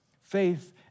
faith